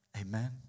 Amen